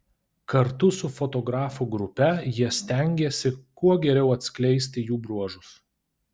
kartu su fotografų grupe jie stengėsi kuo geriau atskleisti jų bruožus